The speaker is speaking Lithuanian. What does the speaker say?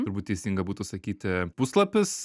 turbūt teisinga būtų sakyti puslapis